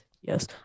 Yes